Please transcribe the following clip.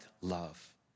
love